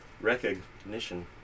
Recognition